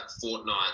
fortnight